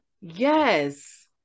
Yes